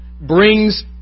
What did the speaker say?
brings